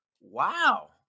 wow